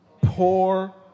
Poor